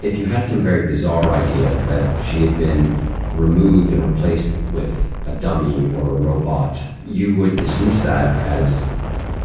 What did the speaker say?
if you had some very bizarre idea, that she had been removed and replaced with a dummy or a robot, you would dismiss that as